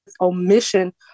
omission